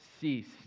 ceased